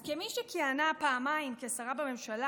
אז כמי שכיהנה פעמיים כשרה בממשלה,